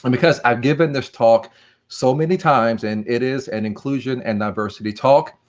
and because i've given this talk so many times, and it is an inclusion and diversity talk,